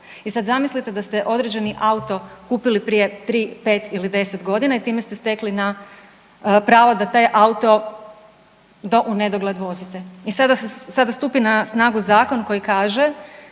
i sa zamislite da ste određeni auto kupili prije 3, 5 ili 10 godina i time ste stekli pravo da taj auto do u nedogled vozite i sada stupi na snagu zakon koji kaže